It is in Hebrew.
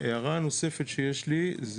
ההערה נוספת שיש לי היא